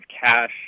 cash